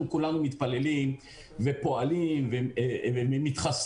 אנחנו כולנו מתפללים ופועלים ומתחסנים